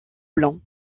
blanc